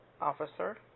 officer